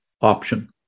option